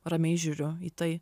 ramiai žiūriu į tai